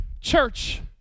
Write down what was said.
Church